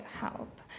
help